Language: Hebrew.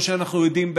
כמו שאנחנו יודעים,